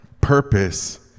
purpose